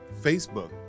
facebook